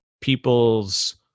people's